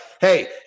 Hey